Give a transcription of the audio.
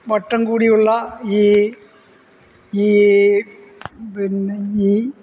വട്ടം കൂടിയുള്ള ഈ ഈ പിന്നെ ഈ